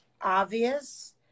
obvious